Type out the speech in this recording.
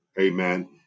amen